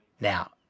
Now